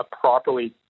properly